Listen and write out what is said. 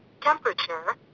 Temperature